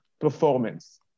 performance